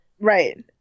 Right